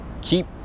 keep